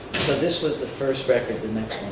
so this was the first record. the next